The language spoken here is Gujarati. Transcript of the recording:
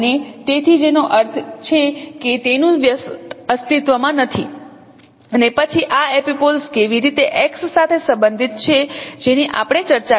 અને તેથી જેનો અર્થ છે કે તેનું વ્યસ્ત અસ્તિત્વ માં નથી અને પછી આ એપિપોલ્સ કેવી રીતે x સાથે સંબંધિત છે જેની આપણે ચર્ચા કરી